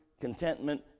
contentment